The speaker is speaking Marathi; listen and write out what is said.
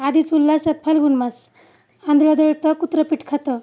आधीच उल्लास त्यात फाल्गुनमास आंधळ दळतं कुत्रं पिठ खातं